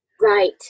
right